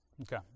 Okay